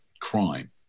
crime